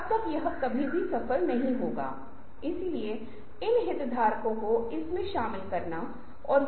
अब यह एक सादृश्य है और यह रूपक के रूप में बहुत सुंदर है